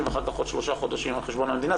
ואחר כך עוד שלושה חודשים על חשבון המדינה.